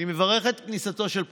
אני מברך על כניסתו של פרופ'